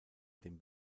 dem